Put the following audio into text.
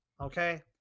okay